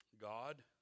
God